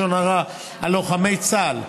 לשון הרע על לוחמי צה"ל),